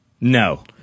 No